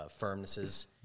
firmnesses